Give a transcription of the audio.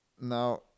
Now